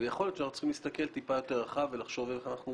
ויכול להיות שאנחנו צריכים להסתכל טיפה יותר רחב ולחשוב איך אנחנו